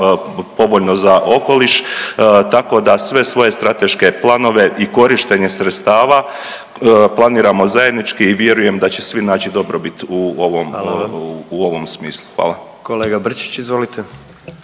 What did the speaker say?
za okoliš. Tako da sve svoje strateške planove i korištenje sredstava planiramo zajednički i vjerujem da će svi naći dobrobit u ovom …/Upadica: Hvala vam./… u ovom